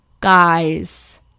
Guys